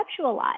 conceptualize